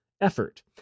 effort